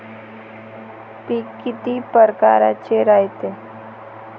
पिकं किती परकारचे रायते?